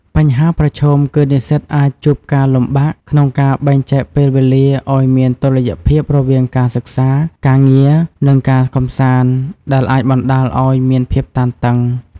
បញ្ហាប្រឈមគឺនិស្សិតអាចជួបការលំបាកក្នុងការបែងចែកពេលវេលាឲ្យមានតុល្យភាពរវាងការសិក្សា ការងារ និងការកម្សាន្ត ដែលអាចបណ្ដាលឲ្យមានភាពតានតឹង។